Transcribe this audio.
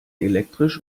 elektrisch